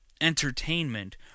entertainment